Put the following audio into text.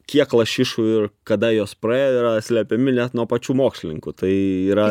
kiek lašišų ir kada jos praėjo yra slepiami net nuo pačių mokslininkų tai yra